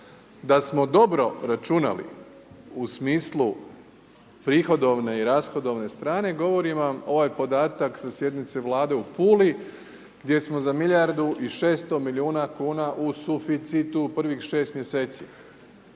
Da smo dobro računali u smislu prihodovne i rashodovne strane govori vam ovaj podatak sa sjednice Vlade u Puli gdje smo za milijardu i 600 milijuna kuna u suficitu u prvih 6 mjeseci.